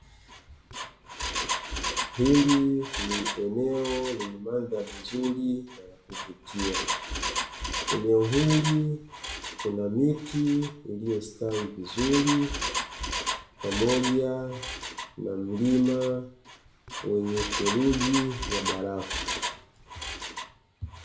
Hili ni eneo lenye mandhari nzuri na ya kuvutia, eneo hili kuna miti iliyostawi vizuri, pamoja na mlima wenye theruji ya barafu.